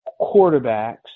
quarterbacks